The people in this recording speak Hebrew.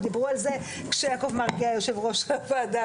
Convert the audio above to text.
דיברו על זה כשיעקב מרגי היה יושב ראש הוועדה.